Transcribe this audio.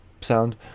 sound